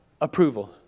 approval